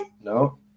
No